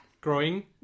Growing